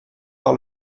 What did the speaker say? par